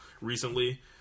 recently